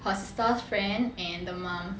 her sister's friend and the mum